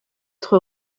être